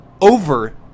over